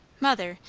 mother,